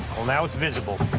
well, now it's visible.